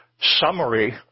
summary